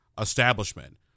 establishment